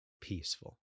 peaceful